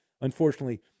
unfortunately